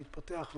להתפתח,